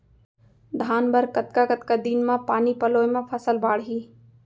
धान बर कतका कतका दिन म पानी पलोय म फसल बाड़ही?